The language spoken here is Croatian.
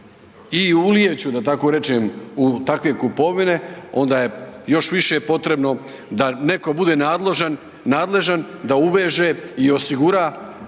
i ulijeću da tako rečem u takve kupovine onda je još više potrebno da netko bude nadležan, da uveže i osigura,